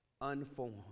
unformed